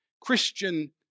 Christian